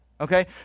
Okay